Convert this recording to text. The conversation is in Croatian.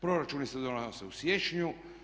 Proračuni se donose u siječnju.